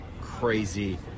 crazy